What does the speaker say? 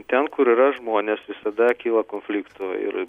ten kur yra žmonės visada kyla konfliktų ir